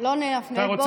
לא לנפנף בו.